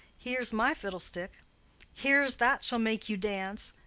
here's my fiddlestick here's that shall make you dance.